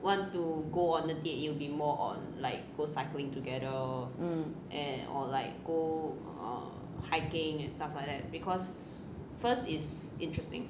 mm